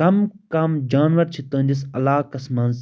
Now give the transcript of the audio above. کم کم جانور چھِ تٕہٕنٛدِس علاقَس منٛز